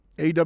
AW